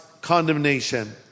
condemnation